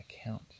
account